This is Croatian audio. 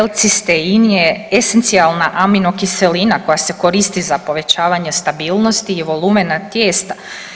L-cistein je esencijalna aminokiselina koja se koristi za povećavanje stabilnosti i volumena tijesta.